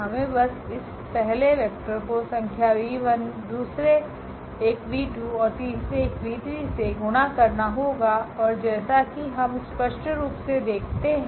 हमें बस इस पहले वेक्टर को संख्या 𝑣1 दूसरे एक v2 और तीसरे एक 𝑣3 से गुणा करना होगा और जैसा कि हम स्पष्ट रूप से देखते हैं